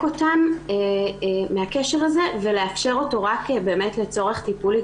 אותם מהקשר הזה ולאפשר אותו רק באמת לצורך טיפולי,